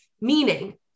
meaning